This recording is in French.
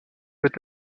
peut